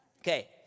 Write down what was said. Okay